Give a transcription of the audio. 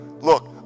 Look